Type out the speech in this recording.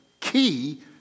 key